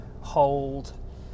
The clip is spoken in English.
hold